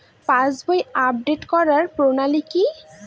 পাসবই update করার প্রণালী কি?